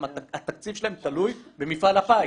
התקציב שלו תלוי במפעל הפיס.